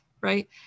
right